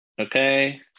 Okay